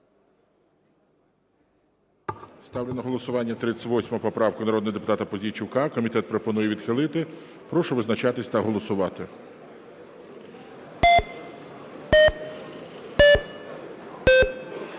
Ставлю на голосування 38 поправку народного депутата Пузійчука. Комітет пропонує відхилити. Прошу визначатись та голосувати.